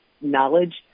knowledge